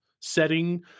setting